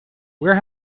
where